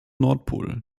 nordpol